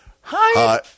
Hi